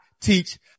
teach